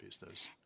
business